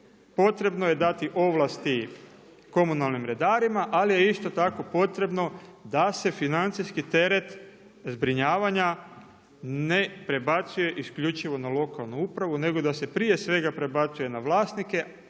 potrebno je dati ovlasti komunalnim redarima ali je isto tako potrebno da se financijski teret zbrinjavanja ne prebacuje isključivo na lokalnu upravu, nego da se prije svega prebacuje na vlasnike